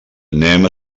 anem